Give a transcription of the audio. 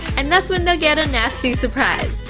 and that's when they'll get a nasty surprise